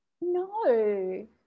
No